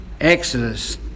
Exodus